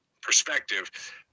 perspective